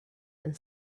and